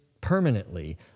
permanently